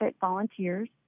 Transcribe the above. volunteers